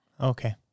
Okay